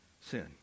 sin